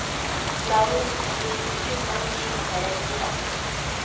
লাউ বীজের উচ্চ ফলনশীল ভ্যারাইটি আছে কী?